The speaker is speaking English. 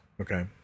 Okay